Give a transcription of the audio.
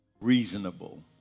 reasonable